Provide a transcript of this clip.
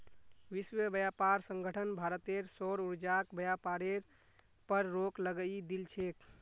विश्व व्यापार संगठन भारतेर सौर ऊर्जाक व्यापारेर पर रोक लगई दिल छेक